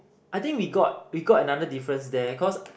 I think we got we got another difference there cause